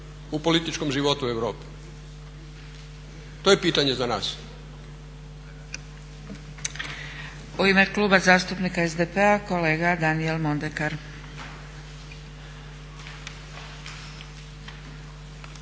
u političkom životu Europe? To je pitanje za nas.